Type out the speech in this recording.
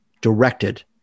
directed